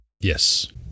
Yes